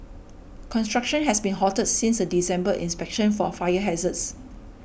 construction has been halted since a December inspection for a fire hazards